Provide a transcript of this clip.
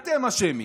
אתם אשמים,